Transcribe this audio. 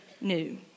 new